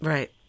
Right